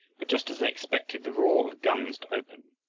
but just as they expected the roar of guns to open,